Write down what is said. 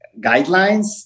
guidelines